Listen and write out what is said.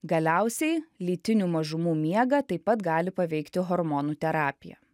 galiausiai lytinių mažumų miegą taip pat gali paveikti hormonų terapija